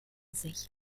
sich